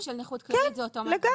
בנכות כללית, זה אותו הדבר.